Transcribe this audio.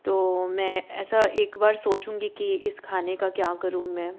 तो मैं ऐसा एक बार सोचूँगी कि इस खाने का क्या करूँ मैं